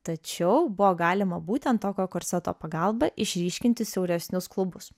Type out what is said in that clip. tačiau buvo galima būtent tokio korseto pagalba išryškinti siauresnius klubus